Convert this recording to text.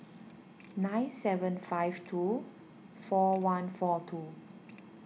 nine seven five two four one four two